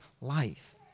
life